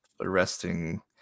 arresting